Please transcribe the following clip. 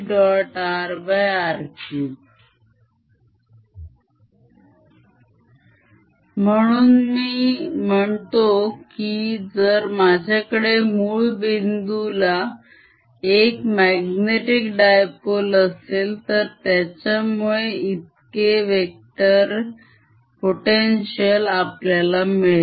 rr3 म्हणून मी म्हणतो कि जर माझ्याकडे मूळ बिंदू ला एक magnetic dipole असेल तर त्याच्यामुळे इतके वेक्टर potential आपल्याला मिळेल